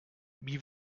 wie